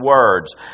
words